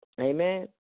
Amen